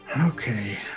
Okay